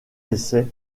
essais